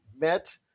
met